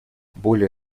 более